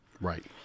right